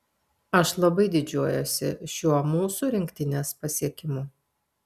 aš labai didžiuojuosi šiuo mūsų rinktinės pasiekimu